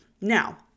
Now